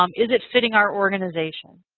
um is it fitting our organization?